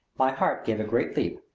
my heart gave a great leap,